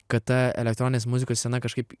kad ta elektroninės muzikos scena kažkaip